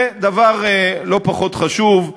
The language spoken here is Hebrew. ודבר לא פחות חשוב,